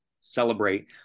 celebrate